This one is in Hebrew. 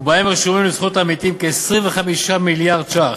ורשומים בהן לזכות העמיתים כ-25 מיליארד ש"ח.